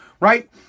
right